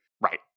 Right